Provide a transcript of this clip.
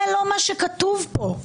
זה לא מה שכתוב פה.